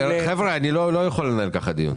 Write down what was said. חבר'ה, אני לא יכול לנהל כך דיון.